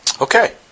Okay